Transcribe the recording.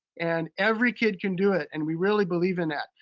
and every kid can do it, and we really believe in that.